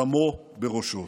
דמו בראשו.